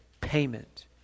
payment